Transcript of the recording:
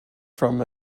from